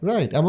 Right